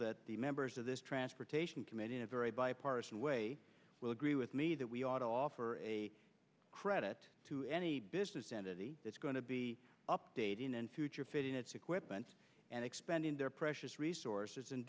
that the members of this transportation committee in a very bipartisan way will agree with me that we ought to offer a credit to any business entity that's going to be updating in future fitting its equipment and expanding their precious resources and